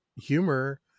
humor